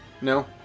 No